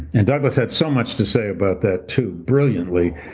and douglass had so much to say about that too, brilliantly,